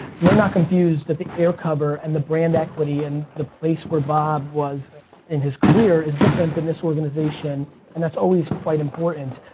we're not confused that the air cover and brand equity and the place where bob was in his career is different than this organization and that's always quite important.